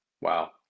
Wow